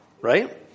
right